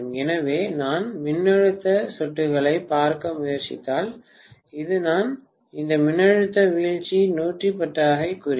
எனவே நான் மின்னழுத்த சொட்டுகளைப் பார்க்க முயற்சித்தால் இதுதான் இந்த மின்னழுத்த வீழ்ச்சி 110 V ஐக் குறிக்கும்